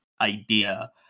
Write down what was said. idea